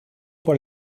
por